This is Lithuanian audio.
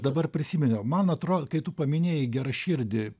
dabar prisiminiau man atrodo kai tu paminėjai geraširdį